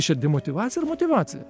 čia yra demotyvacija ar motyvacija